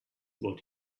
what